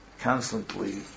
Constantly